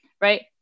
right